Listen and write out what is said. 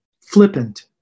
flippant